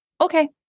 Okay